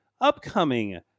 upcoming